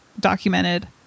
documented